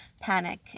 panic